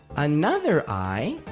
another eye.